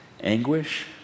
anguish